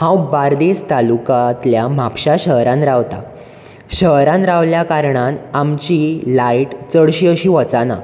हांव बारदेस तालुकांतल्या म्हापशां शहरान रावतां शहरान रावल्या करणान आमची लाय्ट चड शी अशी वचना